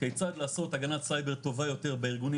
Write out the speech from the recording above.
כיצד לעשות הגנת סייבר טובה יותר בארגונים